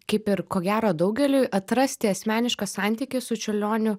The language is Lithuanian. kaip ir ko gero daugeliui atrasti asmenišką santykį su čiurlioniu